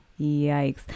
Yikes